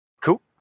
Cool